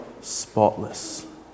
spotless